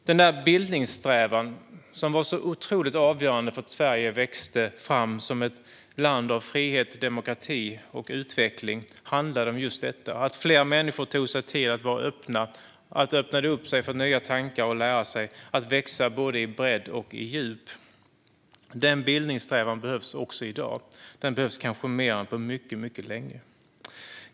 Den bildningssträvan som var så otroligt avgörande för att Sverige växte fram som ett land av frihet, demokrati och utveckling handlade om just detta: att fler människor tog sig tid att öppna sig för nya tankar och lära sig att växa både i bredd och i djup. Denna bildningssträvan behövs också i dag, kanske mer än på mycket, mycket länge.